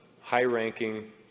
high-ranking